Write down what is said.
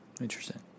Interesting